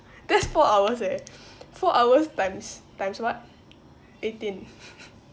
that's four hours eh four hours times times what eighteen